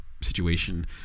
situation